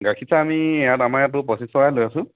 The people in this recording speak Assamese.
গাখীৰ চাহ আমি ইয়াত আমাৰ ইয়াততো পঁচিছ টকাই লৈ আছো